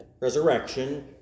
resurrection